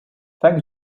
thank